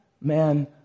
man